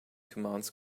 commands